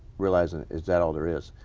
realizing is that all there is.